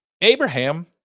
Abraham